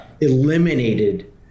eliminated